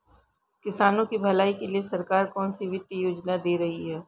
किसानों की भलाई के लिए सरकार कौनसी वित्तीय योजना दे रही है?